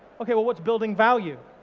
okay well, what's building value?